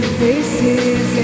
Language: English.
faces